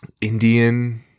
Indian